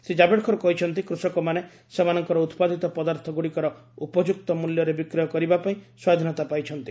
ଶ୍ରୀ ଜାଭେଡକର କହିଛନ୍ତି କୃଷକମାନେ ସେମାଙ୍କର ଉତ୍ପାଦିତ ପଦାର୍ଥ ଗୁଡ଼ିକର ଉପଯୁକ୍ତ ମୂଲ୍ୟରେ ବିକ୍ରୟ କରିବା ପାଇଁ ସ୍ୱାଧୀନତା ପାଇଛନ୍ତି